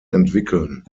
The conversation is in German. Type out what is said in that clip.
entwickeln